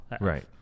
Right